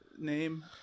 name